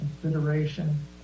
consideration